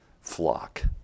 flock